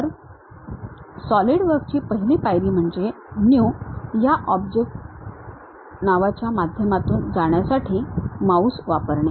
तर सॉलिडवर्क ची पहिली पायरी म्हणजे न्यू या ऑब्जेक्ट नावाच्या माध्यमातून जाण्यासाठी माउस वापरणे